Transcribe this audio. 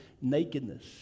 nakedness